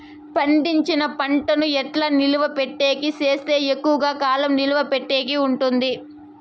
పండించిన పంట ను ఎట్లా నిలువ పెట్టేకి సేస్తే ఎక్కువగా కాలం నిలువ పెట్టేకి ఉంటుంది?